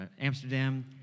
Amsterdam